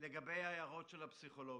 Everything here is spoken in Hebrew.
לגבי ההערות של הפסיכולוגים,